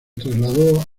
trasladó